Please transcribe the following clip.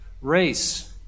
race